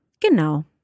Genau